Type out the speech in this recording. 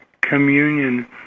communion